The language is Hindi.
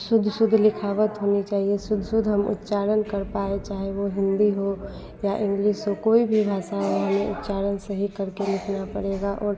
शुद्ध शुद्ध लिखावत होनी चाहिए शुद्ध शुद्ध हम उच्चारण कर पाएँ चाहे वह हिन्दी हो या इंग्लिस हो कोई भी भाषा हो हमें उच्चारण सही करके लिखना पड़ेगा ओर